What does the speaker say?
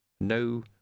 No